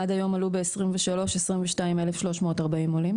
עד היום עלו מתחילת 2023: 22,340 עולים.